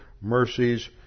mercies